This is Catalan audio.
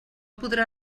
podrà